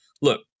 look